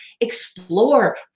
explore